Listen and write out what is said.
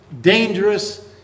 dangerous